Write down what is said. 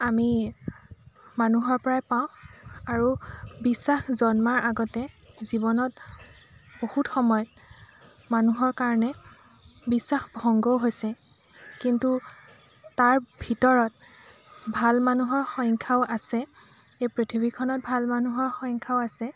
আমি মানুহৰ পৰাই পাওঁ আৰু বিশ্বাস জন্মাৰ আগতে জীৱনত বহুত সময় মানুহৰ কাৰণে বিশ্বাস ভংগও হৈছে কিন্তু তাৰ ভিতৰত ভাল মানুহৰ সংখ্যাও আছে এই পৃথিৱীখনত ভাল মানুহৰ সংখ্যাও আছে